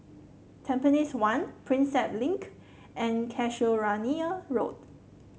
Tampines one Prinsep Link and Casuarina Road